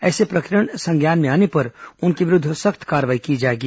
ऐसे प्रकरण संज्ञान में आने पर उनके विरूद्ध सख्त कार्रवाई की जाएगी